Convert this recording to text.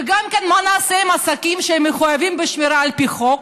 גם מה נעשה עם עסקים שמחויבים בשמירה על פי חוק,